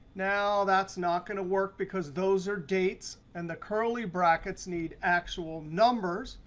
now, that's not going to work, because those are dates. and the curly brackets need actual numbers,